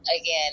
again